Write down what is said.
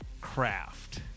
craft